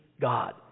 God